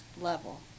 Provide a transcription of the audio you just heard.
level